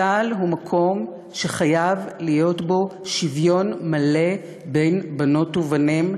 צה"ל הוא מקום שחייב להיות בו שוויון מלא בין בנות ובנים.